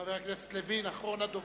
חבר הכנסת יריב לוין, אחרון הדוברים.